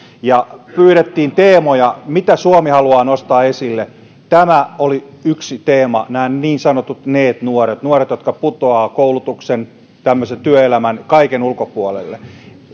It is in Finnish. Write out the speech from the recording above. pyydettiin teemoja mitä suomi haluaa nostaa esille yksi teema oli nämä niin sanotut neet nuoret nuoret jotka putoavat koulutuksen tämmöisen työelämän kaiken ulkopuolelle